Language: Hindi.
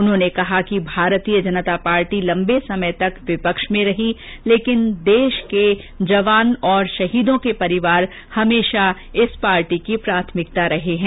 उन्होंने कहा कि भारतीय जनता पार्टी लर्म्बे समय तक विपक्षी में रही लेकिन देष के जवान और शहीदों के परिवार हमेषा इस पार्टी की प्राथमिकता रहे हैं